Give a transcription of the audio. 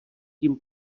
tím